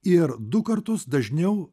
ir du kartus dažniau